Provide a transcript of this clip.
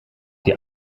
die